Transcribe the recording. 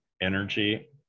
energy